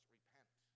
repent